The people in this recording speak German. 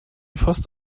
fast